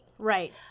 Right